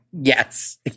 Yes